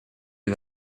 you